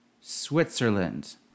Switzerland